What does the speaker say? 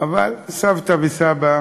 אבל סבתא וסבא,